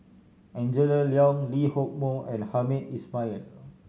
Angela Liong Lee Hock Moh and Hamed Ismail